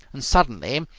and, suddenly,